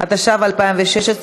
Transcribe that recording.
התשע"ו 2016,